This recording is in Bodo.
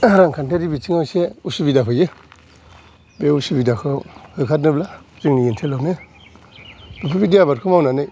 खोनथारि बिथिङाव एसे उसिबिदा फैयो बे उसाबिदाखौ होखारनो जोंनि ओन्सोलावनो बेफोरबादि आबादखौ मावनानै